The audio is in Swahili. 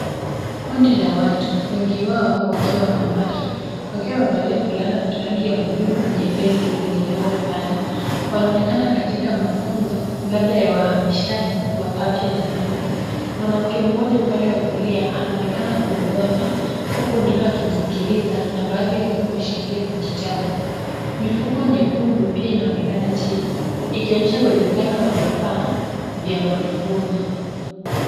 Kundi la watu, wengi wao wakiwa wanawake wakiwa wamevalia fulana za rangi ya buluu nyepesi zenye nembo fulani wanaonekana katika mafunzo labda ya wahamishaji wa afya jamii. Mwanamke mmoja upande wa kulia anaonekana kuongoza huku wengine wakimsikiliza na baadhi wakiwa wameshikilia vijitabu. Mifuko nyekundu pia inaonekana chini ikionyesha uwezakano wa vifaa vya mafunzo.